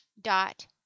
dot